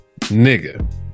Nigga